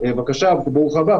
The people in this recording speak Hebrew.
ברוך הבא,